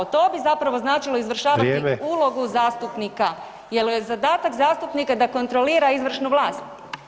To bi zapravo značilo izvršavanje [[Upadica: Vrijeme.]] ulogu zastupnika jer je zadatak zastupnika da kontrolira izvršnu vlast.